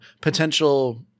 Potential